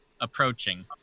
approaching